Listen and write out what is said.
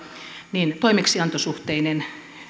niin toimeksiantosuhteinen